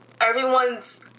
everyone's